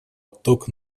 отток